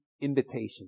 invitation